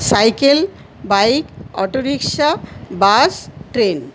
cycle bike auto rickshaw bus train